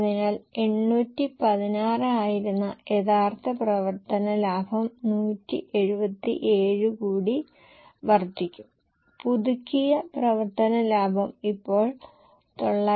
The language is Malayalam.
അതിനാൽ 816 ആയിരുന്ന യഥാർത്ഥ പ്രവർത്തന ലാഭം 177 കൂടി വർദ്ധിക്കും പുതുക്കിയ പ്രവർത്തന ലാഭം ഇപ്പോൾ 994